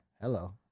Hello